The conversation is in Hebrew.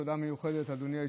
תודה מיוחדת, אדוני היושב-ראש,